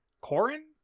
Corin